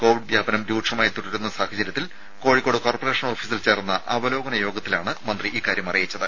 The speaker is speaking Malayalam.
കോവിഡ് വ്യാപനം രൂക്ഷമായി തുടരുന്ന സാഹചര്യത്തിൽ കോഴിക്കോട് കോർപ്പറേഷൻ ഓഫീസിൽ ചേർന്ന അവലോകന യോഗത്തിലാണ് മന്ത്രി ഇക്കാര്യം അറിയിച്ചത്